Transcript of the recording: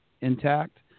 intact